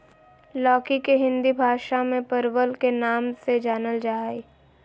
लौकी के हिंदी भाषा में परवल के नाम से जानल जाय हइ